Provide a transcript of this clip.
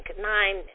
nine